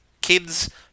kids